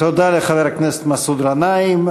תודה לחבר הכנסת מסעוד גנאים.